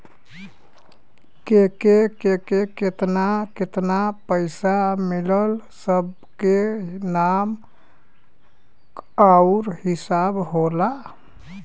केके केतना केतना पइसा मिलल सब के नाम आउर हिसाब होला